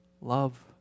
love